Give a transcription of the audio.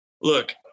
look